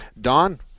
Don